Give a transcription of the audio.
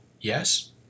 Yes